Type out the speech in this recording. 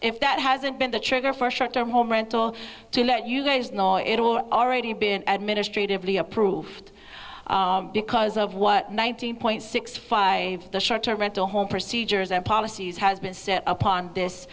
if that hasn't been the trigger for short term home rental to let you guys know it will already been administratively approved because of what nineteen point six five for the short term rental home procedures and policies has been set upon this